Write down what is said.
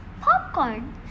Popcorn